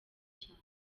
cyane